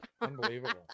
unbelievable